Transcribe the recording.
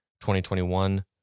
2021